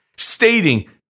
stating